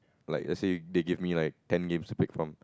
like let's say they give me like ten games to pick from